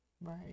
right